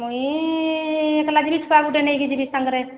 ମୁଇଁ ଏକଲା ଜିବି ଛୁଆ ଗୁଟେ ନେଇକି ଯିବି ସାଙ୍ଗରେ